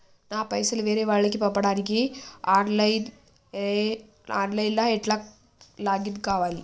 నా పైసల్ వేరే వాళ్లకి పంపడానికి ఆన్ లైన్ లా ఎట్ల లాగిన్ కావాలి?